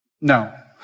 No